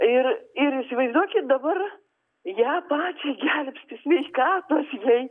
ir ir įsivaizduokit dabar ją pačią gelbsti sveikatos jai